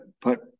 put